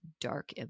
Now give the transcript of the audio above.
dark